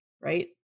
right